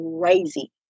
crazy